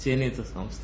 చేనేత సంస్ద